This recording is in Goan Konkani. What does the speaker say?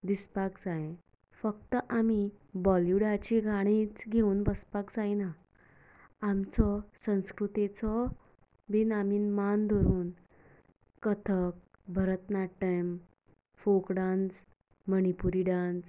दिसपाक जाय फकत आमीं बॉलिवूडाचीं गाणीच घेवन बसपाक जायना आमचो संस्कृतीचो बी आमीं मान दवरून Kathak Bharatanatyam folk dance Manipuri dance